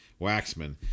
Waxman